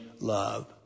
love